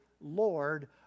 Lord